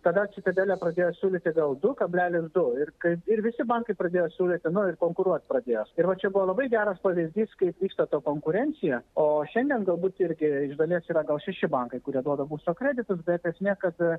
tada citadelė pradėjo siūlyti gal du kablelis du ir kaip ir visi bankai pradėjo siūlyti nu ir konkuruot pradėjos ir va čia buvo labai geras pavyzdys kaip vyksta ta konkurencija o šiandien galbūt irgi iš dalies yra gal šeši bankai kurie duoda būsto kreditus bet es niekad a